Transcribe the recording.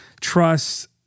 trust